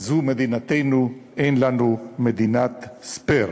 זו מדינתנו, אין לנו מדינת סְפֵּייר.